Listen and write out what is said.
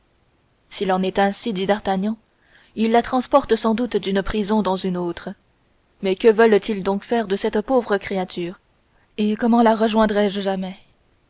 s'il en est ainsi dit d'artagnan ils la transportent sans doute d'une prison dans une autre mais que veulent-ils donc faire de cette pauvre créature et comment la rejoindrai je jamais